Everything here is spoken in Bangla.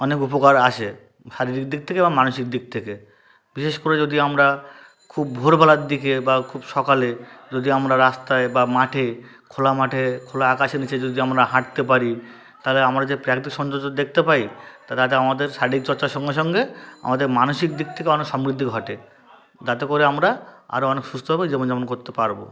অনেক উপকার আসে শারীরিক দিক থেকে বা মানসিক দিক থেকে বিশেষ করে যদি আমরা খুব ভোরবেলার দিকে বা খুব সকালে যদি আমরা রাস্তায় বা মাঠে খোলা মাঠে খোলা আকাশের নিচে যদি আমরা হাঁটতে পারি তাহলে আমরা যে প্রাকৃতিক সৌন্দয্য দেখতে পাই তাতে আমাদের শারীরিক চর্চার সঙ্গে সঙ্গে আমাদের মানসিক দিক থেকে অনেক সমৃদ্ধি ঘটে যাতে করে আমরা আরো অনেক সুস্থভাবে জীবন যাপন করতে পারবো